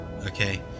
okay